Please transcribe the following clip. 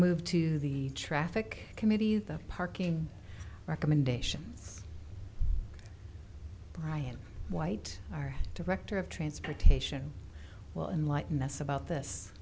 moved to the traffic committee the parking recommendations brian white our director of transportation well enlighten us about this